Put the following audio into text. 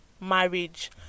marriage